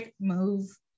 move